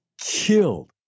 killed